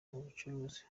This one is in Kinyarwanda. ubucuruzi